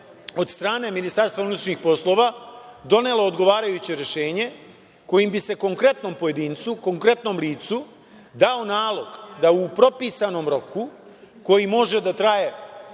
od strane MUP donelo odgovarajuće rešenje kojim bi se konkretnom pojedincu, konkretnom licu dao nalog da u propisanom roku, koji može da traje,